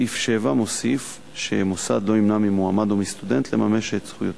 סעיף 7 מוסיף שמוסד לא ימנע ממועמד או מסטודנט לממש את זכויותיו.